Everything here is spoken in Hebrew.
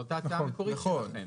נכון.